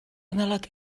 gymylog